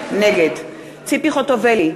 נגד ציפי חוטובלי,